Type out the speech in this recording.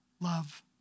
love